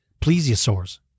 plesiosaurs